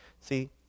See